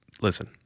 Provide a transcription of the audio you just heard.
Listen